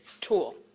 tool